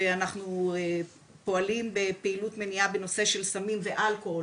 ואנחנו פועלים בפעילות מניעה בנושא של סמים ואלכוהול,